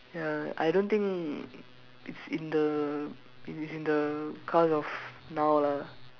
ya I don't think it's in the it is in the cars of now ah